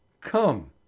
come